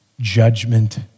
Judgment